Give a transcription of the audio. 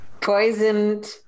poisoned